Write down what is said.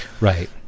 Right